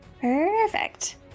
Perfect